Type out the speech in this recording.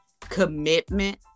commitment